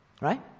Right